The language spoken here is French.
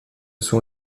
sont